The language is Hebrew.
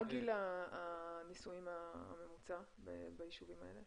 מה גיל הנישואים הממוצע ביישובים האלה?